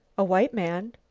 a white man?